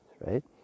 right